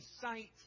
sight